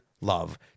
love